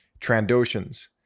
Trandoshans